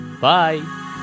Bye